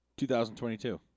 2022